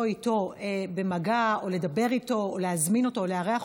איתו במגע או לדבר איתו או להזמין אותו או לארח,